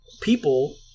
people